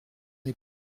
ait